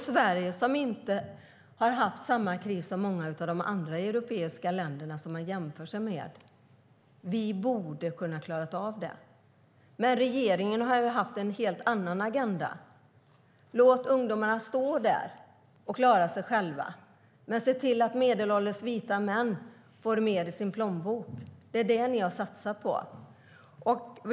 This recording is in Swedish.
Sverige har ändå inte haft samma kris som många av de andra europeiska länderna som man jämför med. Vi borde ha kunnat klara av det. Men regeringen har haft en helt annan agenda. Den har varit att låta ungdomarna stå där och klara sig själva, men se till att medelålders vita män får mer i sin plånbok. Det är vad ni har satsat på.